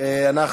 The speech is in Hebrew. אנחנו